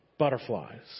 Butterflies